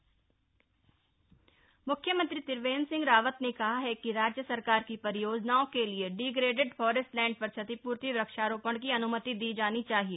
नीति आयोग उपाध्यक्ष मुख्यमंत्री त्रिवेन्द्र सिंह रावत ने कहा है कि राज्य सरकार की परियोजनाओं के लिए डिग्रेडेड फॉरेस्ट लैंड पर क्षतिपूर्ति वृक्षारोपण की अन्मति दी जानी चाहिए